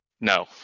No